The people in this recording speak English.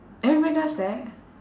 everybody does that